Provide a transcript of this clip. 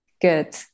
good